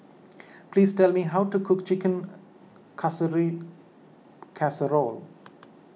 please tell me how to cook Chicken Casserole